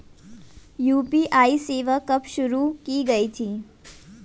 UPI सेवा कब शुरू की गई थी?